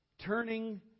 Turning